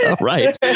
Right